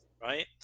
Right